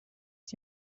you